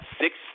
six